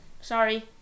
Sorry